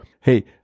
hey